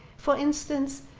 for instance.